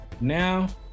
Now